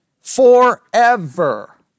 forever